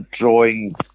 drawing